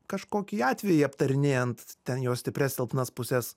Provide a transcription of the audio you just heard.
kažkokį atvejį aptarinėjant ten jo stiprias silpnas puses